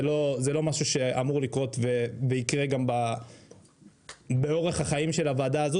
זה לא משהו שאמור לקרות ויקרה גם באורך החיים של הוועדה הזו.